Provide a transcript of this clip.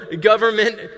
government